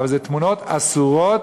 אבל אלה תמונות אסורות